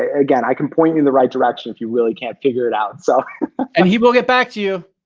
ah again, i can point you in the right direction if you really can't figure it out so. chad and he will get back to you.